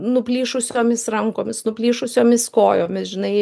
nuplyšusiomis rankomis nuplyšusiomis kojomis žinai